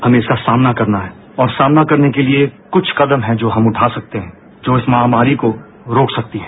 हमें इसका सामना करना है और सामना करने के लिए कुछ कदम है जो हम उठा सकते है जो इस महामारी को रोक सकते है